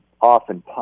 often